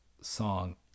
song